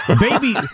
Baby